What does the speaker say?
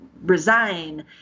resign